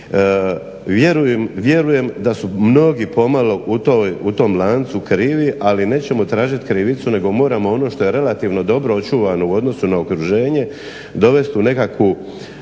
vjerujem da su mnogi pomalo u tom lancu krivi, ali nećemo tražiti krivicu nego moramo ono što je relativno dobro očuvano u odnosu na okruženje dovest u nekakav